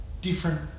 different